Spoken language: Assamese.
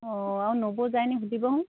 অঁ আৰু নবৌ যায় নেকি সুধিবচোন